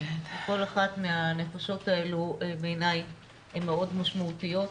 כל אחת מהנפשות האלה בעיני הן מאוד משמעותיות.